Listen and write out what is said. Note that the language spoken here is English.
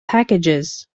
packages